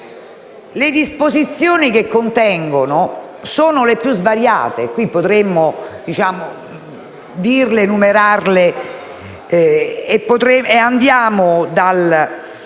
Le disposizioni contenute sono le più svariate.